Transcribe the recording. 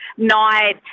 night